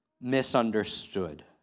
misunderstood